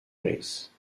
race